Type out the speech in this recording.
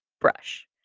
brush